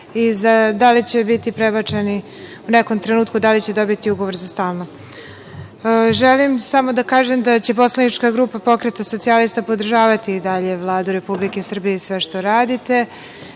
da li će biti prebačeni u nekom trenutku, da li će dobiti ugovor za stalno? Želim samo da kažem da će poslanička grupa Pokreta socijalista podržavati i dalje Vladu Republike Srbije i sve što radite.